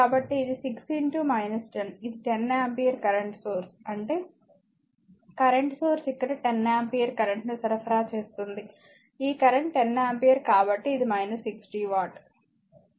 కాబట్టి ఇది 6 10 ఇది 10 ఆంపియర్ కరెంట్ సోర్స్ అంటే కరెంట్ సోర్స్ ఇక్కడ 10 ఆంపియర్ కరెంట్ను సరఫరా చేస్తుంది ఈ కరెంట్ 10 ఆంపియర్ కాబట్టి ఇది 60 వాట్